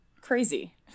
Crazy